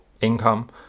income